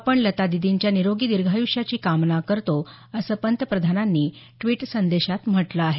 आपण लता दिदींच्या निरोगी दीर्घायुष्याची कामना करतो असं पंतप्रधानांनी ट्वीट संदेशात म्हटलं आहे